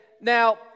now